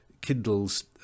Kindle's